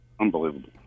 unbelievable